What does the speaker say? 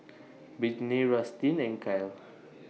Brittnay Rustin and Kyle